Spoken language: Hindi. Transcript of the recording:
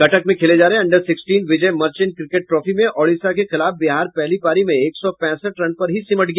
कटक में खेले जा रहे under sixteen Vijay Merchant cricket trophy में ओडिशा के खिलाफ बिहार पहली पारी में एक सौ पैंसठ रन पर ही सिमट गया